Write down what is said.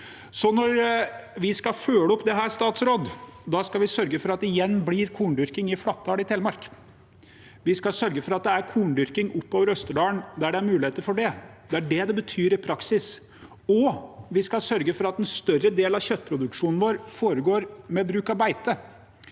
Når vi skal følge opp dette, skal vi sørge for at det igjen blir korndyrking i Flatdal i Telemark. Vi skal sørge for at det er korndyrking oppover Østerdalen der det er muligheter for det. Det er det det betyr i praksis. Vi skal sørge for at en større del av kjøttproduksjonen vår foregår med bruk av beite.